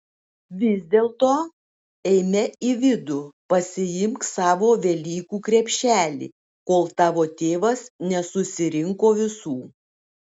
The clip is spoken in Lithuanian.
vis dėlto eime į vidų pasiimk savo velykų krepšelį kol tavo tėvas nesusirinko visų